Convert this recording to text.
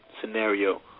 scenario